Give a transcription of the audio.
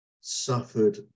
suffered